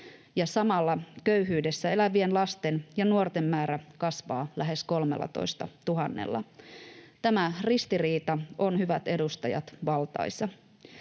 samalla köyhyydessä elävien lasten ja nuorten määrä kasvaa lähes 13 000:lla. Tämä ristiriita on, hyvät edustajat, valtaisa.